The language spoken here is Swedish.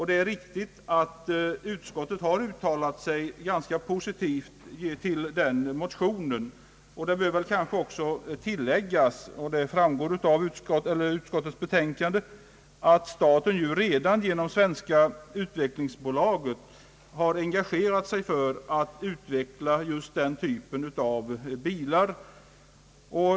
Det är riktigt att utskottet har uttalat sig ganska positivt om den motionen. Som framgår av utskottets betänkande har staten redan — genom Svenska utvecklingsbolaget — engagerat sig för att utveckla just den typen av bilar.